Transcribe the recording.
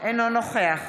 אינו נוכח